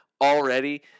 already